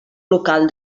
local